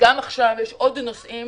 גם עכשיו יש עוד נושאים